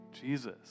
Jesus